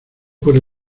por